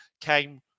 came